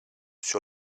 sur